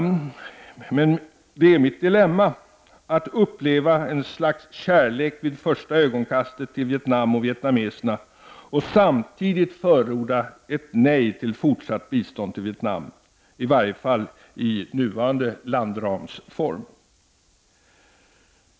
Men det är mitt dilemma att uppleva ett slags kärlek vid första ögonkastet till Vietnam och vietnameserna och samtidigt förorda ett nej till fortsatt bistånd till Vietnam — i varje fall i nuvarande landramsform.